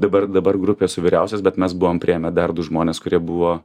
dabar dabar grupėj esu vyriausias bet mes buvom priėmę dar du žmones kurie buvo